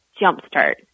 jumpstart